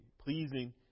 pleasing